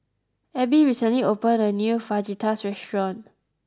Ebbie recently opened a new Fajitas restaurant